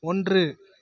ஒன்று